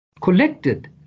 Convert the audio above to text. Collected